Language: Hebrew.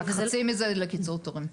רק חצי מזה לקיצור תורים.